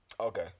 Okay